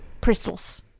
crystals